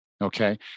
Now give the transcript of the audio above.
Okay